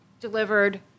delivered